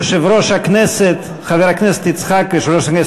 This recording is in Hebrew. יושב-ראש הכנסת לשעבר,